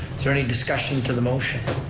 is there any discussion to the motion?